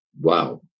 wow